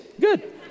Good